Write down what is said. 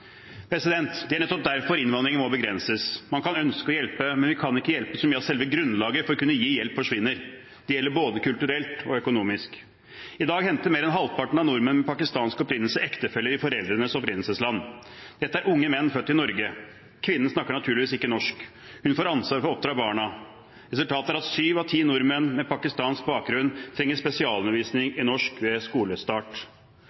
Det er nettopp derfor innvandringen må begrenses. Man kan ønske å hjelpe, men vi kan ikke hjelpe så mye at selve grunnlaget for å kunne gi hjelp forsvinner. Det gjelder både kulturelt og økonomisk. I dag henter mer enn halvparten av nordmenn med pakistansk opprinnelse ektefeller i foreldrenes opprinnelsesland. Dette er unge menn, født i Norge. Kvinnen snakker naturligvis ikke norsk. Hun får ansvaret for å oppdra barna. Resultatet er at syv av ti nordmenn med pakistansk bakgrunn trenger